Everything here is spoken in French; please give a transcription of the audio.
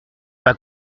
pas